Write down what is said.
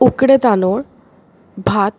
उकडे तांदूळ भात